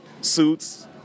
suits